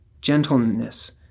gentleness